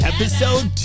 Episode